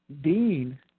Dean